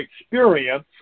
experience